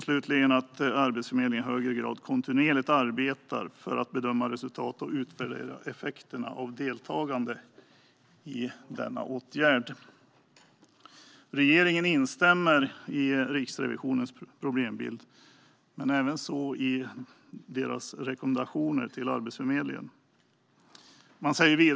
Slutligen bör Arbetsförmedlingen i högre grad kontinuerligt arbeta för att bedöma resultat och utvärdera effekterna av deltagande i denna åtgärd. Regeringen instämmer i Riksrevisionens problembild och även i deras rekommendationer till Arbetsförmedlingen.